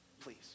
Please